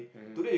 mmhmm